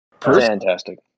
Fantastic